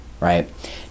right